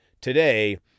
today